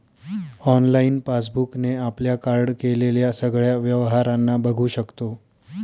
online passbook ने आपल्या card केलेल्या सगळ्या व्यवहारांना बघू शकतो